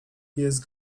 jest